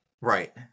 Right